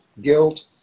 guilt